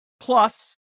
Plus